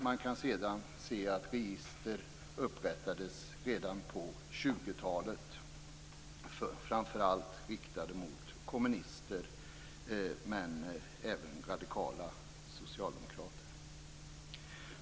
Man kan sedan se att register upprättades redan på 20-talet, framför allt riktade mot kommunister men även mot radikala socialdemokrater.